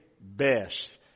best